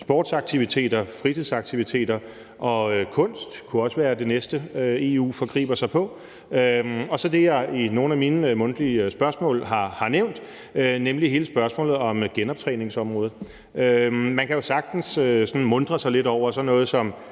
sportsaktiviteter og fritidsaktiviteter, og kunst kunne også være det næste, som EU forgriber sig på, og så er der det, som jeg i nogle af mine mundtlige spørgsmål har nævnt, nemlig hele spørgsmålet om genoptræningsområdet. Man kan jo sagtens muntre sig lidt over, hvorfor sådan noget som